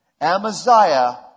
Amaziah